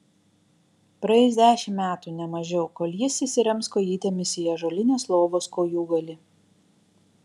praeis dešimt metų ne mažiau kol jis įsirems kojytėmis į ąžuolinės lovos kojūgalį